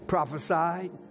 Prophesied